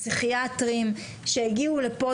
פסיכיאטריים שהגיעו לפה,